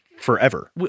forever